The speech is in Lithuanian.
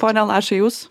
pone lašai jūs